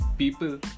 people